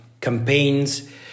campaigns